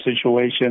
situation